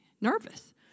nervous